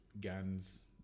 guns